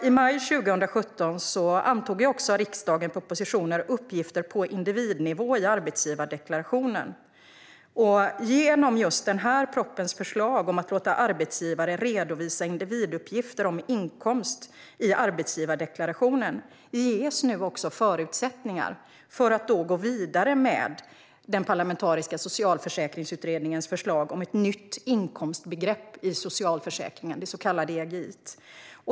I maj 2017 antog riksdagen propositionen Uppgifter på individnivå i arbetsgivardeklarationen . Genom den propositionens förslag om att låta arbetsgivare redovisa individuppgifter om inkomst i arbetsgivardeklarationen ges nu förutsättningar för att gå vidare med den parlamentariska socialförsäkringsutredningens förslag om ett nytt inkomstbegrepp i socialförsäkringen, det så kallade EGI.